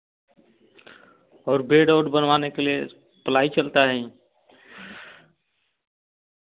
और बेड वोड बनवाने के लिए प्लाई चलता है